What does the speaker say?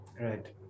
Right